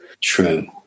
true